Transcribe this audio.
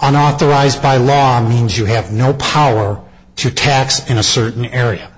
and authorized by law means you have no power to tax in a certain area